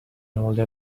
older